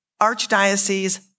Archdiocese